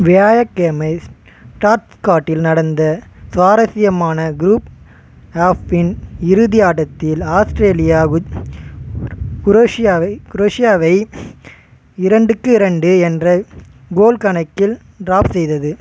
வியாழக்கிழமை ஸ்டாஃப்காட்டில் நடந்த சுவாரசியமான க்ரூப் எஃப்பின் இறுதி ஆட்டத்தில் ஆஸ்திரேலியா கு குரோஷியாவை குரோஷியாவை இரண்டுக்கு இரண்டு என்ற கோல் கணக்கில் ட்ராஃப் செய்தது